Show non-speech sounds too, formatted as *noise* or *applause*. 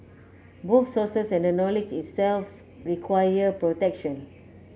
both sources and the knowledge *unintelligible* require protection